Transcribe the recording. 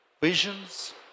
visions